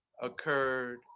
occurred